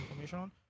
information